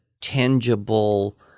tangible